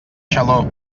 xaló